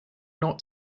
not